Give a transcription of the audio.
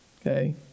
okay